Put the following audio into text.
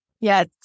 Yes